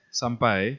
sampai